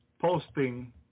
posting